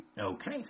Okay